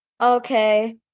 Okay